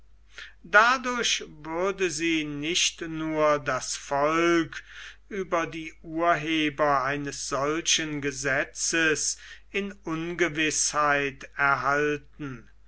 dadurch würde sie nicht nur das volk über die urheber eines solchen gesetzes in ungewißheit erhalten